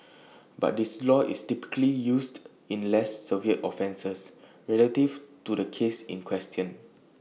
but this law is typically used in less severe offences relative to the case in question